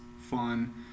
fun